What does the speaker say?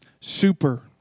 Super